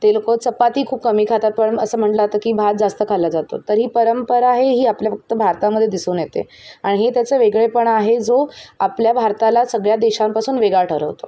ते लोकं चपाती खूप कमी खातात पण असं म्हटलं जातं की भात जास्त खाल्लं जातो तर ही परंपरा हे ही आपल्या फक्त भारतामध्ये दिसून येते आणि हे त्याचं वेगळेपण आहे जो आपल्या भारताला सगळ्या देशांपासून वेगळा ठरवतो